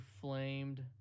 flamed